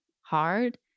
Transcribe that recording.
hard